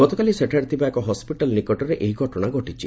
ଗତକାଲି ସେଠାରେ ଥିବା ଏକ ହସ୍କିଟାଲ୍ ନିକଟରେ ଏହି ଘଟଣା ଘଟିଛି